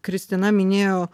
kristina minėjo